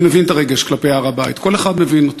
אני מבין את הרגש כלפי הר-הבית, כל אחד מבין אותו.